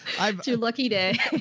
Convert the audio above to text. i'm too lucky day.